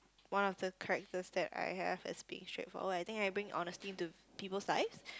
one of the characters that I have is being straightforward I think I bring honesty into peoples lives